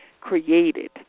created